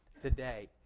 today